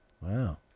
Wow